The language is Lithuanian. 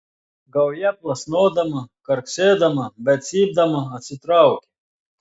gauja plasnodama karksėdama bei cypdama atsitraukė